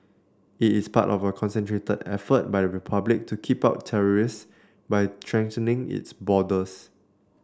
it is part of a concerted effort by the republic to keep out terrorists by strengthening its borders